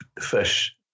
fish